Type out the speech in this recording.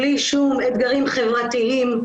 בלי שום אתגרים חברתיים,